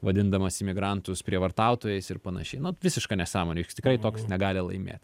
vadindamas imigrantus prievartautojais ir panašiai nu visiška nesąmonė jis tikrai toks negali laimėt